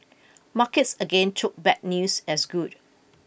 markets again took bad news as good